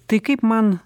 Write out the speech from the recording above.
tai kaip man